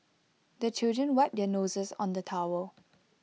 the children wipe their noses on the towel